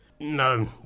No